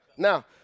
Now